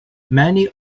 many